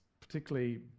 particularly